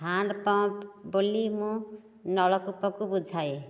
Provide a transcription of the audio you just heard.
hand pump ବୋଲି ମୁଁ ନଳକୂପକୁ ବୁଝାଏ